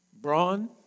brawn